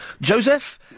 Joseph